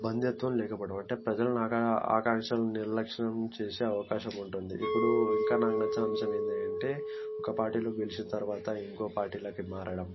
బంద్యత్వం లేకపోవడం అంటే ప్రజల ఆకాంక్షలను నిర్లక్ష్యం చేసే అవకాశం ఉంటుంది ఇప్పుడు ఇంకా నాకు నచ్చని అంశం ఏమిటంటే ఒక పార్టీలో గెలిచిన తర్వాత ఇంకో పార్టీలకు వెళ్ళి మారడం